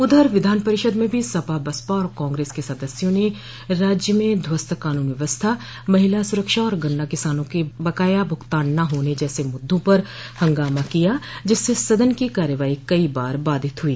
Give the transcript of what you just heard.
उधर विधान परिषद में भी सपा बसपा और कांग्रेस के सदस्यों ने राज्य में ध्वस्त कानून व्यवस्था महिला सुरक्षा और गन्ना किसानों के बकाया भुगतान न होने जैसे मुद्दों पर हंगामा किया जिससे सदन की कार्यवाही कई बार बाधित हुई